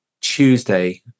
tuesday